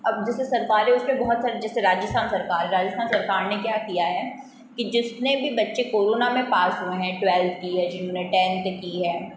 अब जैसे सरकारें उस पे बहुत सारे जैसे राजस्थान सरकार राजस्थान सरकार ने क्या किया है कि जिसने भी बच्चे कोरोना में पास हुए हैं ट्वैल्थ की है जिन्होने टैंथ की है